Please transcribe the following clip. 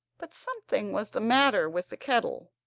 but something was the matter with the kettle.